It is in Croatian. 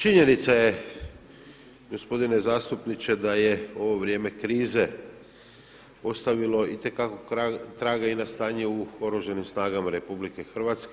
Činjenica je gospodine zastupniče da je ovo vrijeme krize ostavilo itekako traga i na stanje u Oružanim snagama RH.